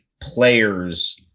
players